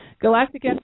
Galactic